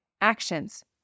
Actions